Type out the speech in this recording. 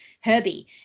herbie